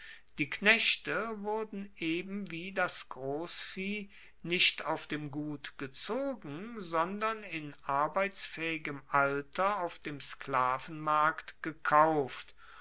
die knechte wurden eben wie das grossvieh nicht auf dem gut gezogen sondern in arbeitsfaehigem alter auf dem sklavenmarkt gekauft